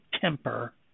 temper